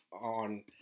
on